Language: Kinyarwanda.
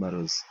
marozi.